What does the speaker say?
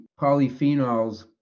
polyphenols